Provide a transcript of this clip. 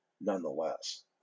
nonetheless